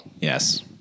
Yes